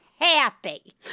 happy